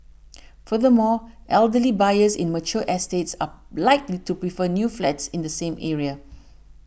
furthermore elderly buyers in mature estates are likely to prefer new flats in the same area